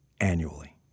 annually